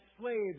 slaves